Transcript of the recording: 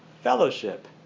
fellowship